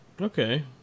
Okay